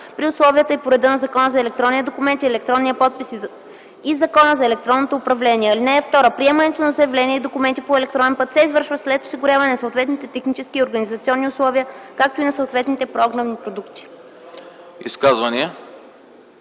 при условията и по реда на Закона за електронния документ и електронния подпис и Закона за електронното управление. (2) Приемането на заявления и документи по електронен път се извършва след осигуряване на съответните технически и организационни условия, както и на съответните програмни продукти.”